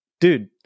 dude